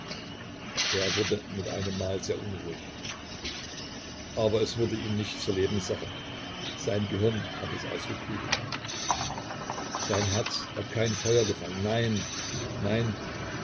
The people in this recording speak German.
er wurde mit einem mal sehr unruhig aber es wurde ihm nicht zur lebenssache sein gehirn hat es ausgeklügelt sein herz hat kein feuer gefangen nein nein